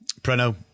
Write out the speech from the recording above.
Preno